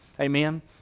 amen